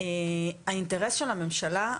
הממשלה, האינטרס של הממשלה,